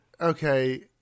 okay